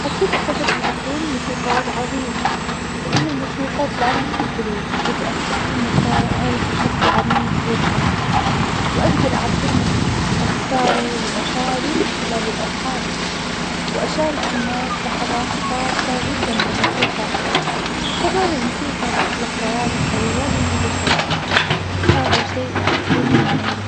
أكيد أفضل أن أكون موسيقار عظيم, لأن الموسيقى تلامس القلوب وتأثر في المشاعر بشكل عميق جدا, وأقدر أعبر من خلال أفكاري ومشاعري من خلال الألحان, وأشارك الناس لحظات خاصة جدا بالموسيقى, وكمان الموسيقى تخلق روابط قوية بين البشر. وهذا شئ جميل.